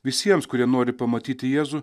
visiems kurie nori pamatyti jėzų